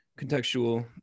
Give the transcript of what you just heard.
contextual